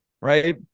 right